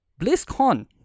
BlizzCon